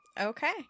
Okay